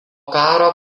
karo